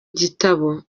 gitabo